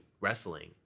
wrestling